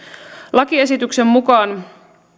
lakiesityksen mukaan